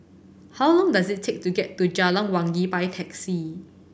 how long does it take to get to Jalan Wangi by taxi